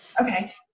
Okay